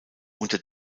unter